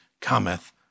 cometh